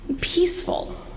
peaceful